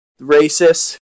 racists